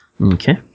Okay